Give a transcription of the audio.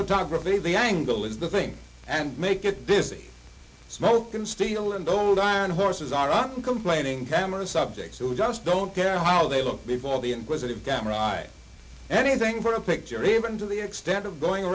photography the angle is the thing and make it does the smoke and feel and old iron horses are a complaining camera subjects who just don't care how they look before the inquisitive camera anything for a picture even to the extent of going